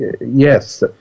yes